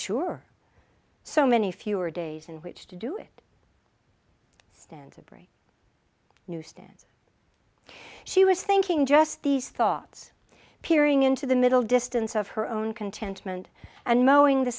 sure so many fewer days in which to do it stands a brave new stance she was thinking just these thoughts peering into the middle distance of her own contentment and moaning the